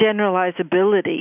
generalizability